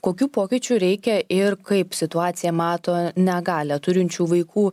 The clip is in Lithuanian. kokių pokyčių reikia ir kaip situaciją mato negalią turinčių vaikų